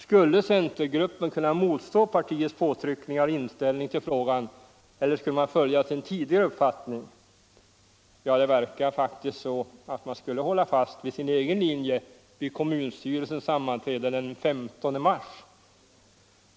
Skulle centergruppen kunna motstå partiets påtryckningar och inställning till frågan eller skulle man följa sin tidigare uppfattning? Ja, det verkade faktiskt så att man skulle hålla fast vid sin egen linje vid kommunstyrelsens sammanträde den 15 mars.